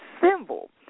symbol